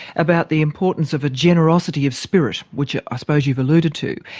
about the importance of a generosity of spirit, which i ah suppose you've alluded to,